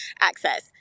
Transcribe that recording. access